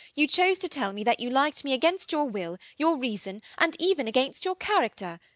you chose to tell me that you liked me against your will, your reason, and even against your character!